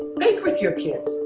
bake with your kids.